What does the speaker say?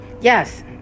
yes